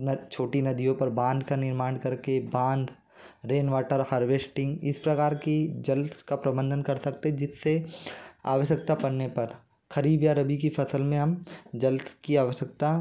न छोटी नदियों पर बांध का निर्माण करके बांध रेन वाटर हार्वेस्टिंग इस प्रकार की जल का प्रबंधण कर सकते जिससे आवश्यकता पड़ने पर खरीब या रवि की फसल में हम जल की आवश्यकता